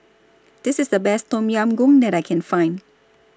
This IS The Best Tom Yam Goong that I Can Find